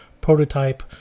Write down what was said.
prototype